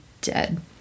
dead